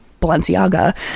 Balenciaga